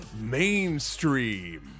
Mainstream